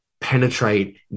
penetrate